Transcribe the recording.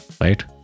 right